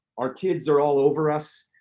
our kids are all over us.